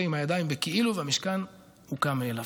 עם הידיים בכאילו והמשכן הוקם מאליו.